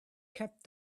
kept